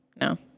No